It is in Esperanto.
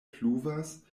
pluvas